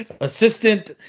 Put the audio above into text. assistant